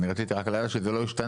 אני רק רציתי לוודא שזה לא השתנה.